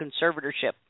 conservatorship